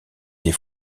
des